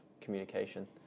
communication